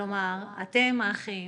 כלומר אתם האחים